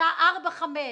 בשעה ארבע-חמש,